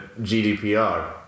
GDPR